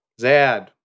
Zad